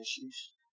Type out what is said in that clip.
issues